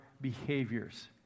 behaviors